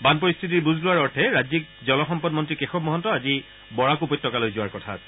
বান পৰিস্থিতিৰ বুজ লোৱাৰ অৰ্থে ৰাজ্যিক জল সম্পদ মন্ত্ৰী কেশৱ মহন্ত আজি বৰাক উপত্যকালৈ যোৱাৰ কথা আছে